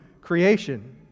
creation